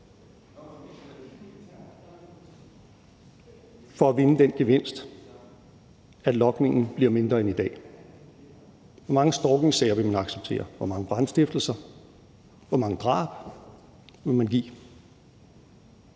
for at vinde den gevinst, at logningen bliver mindre end i dag? Hvor mange stalkingsager vil man acceptere? Hvor mange brandstiftelser? Hvor mange drab? Er det